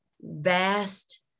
vast